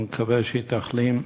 נקווה שהיא תחלים,